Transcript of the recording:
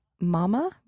Mama